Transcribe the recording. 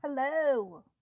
Hello